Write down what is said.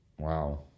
wow